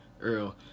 earl